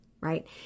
right